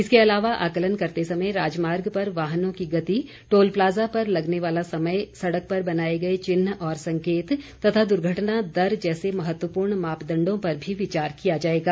इसके अलावा आकलन करते समय राजमार्ग पर वाहनों की गति टोल प्लाजा पर लगने वाला समय सड़क पर बनाए गए चिन्ह और संकेत तथा दुर्घटना दर जैसे महत्वपूर्ण मापदंडों पर भी विचार किया जाएगा